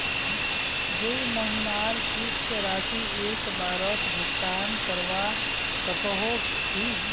दुई महीनार किस्त राशि एक बारोत भुगतान करवा सकोहो ही?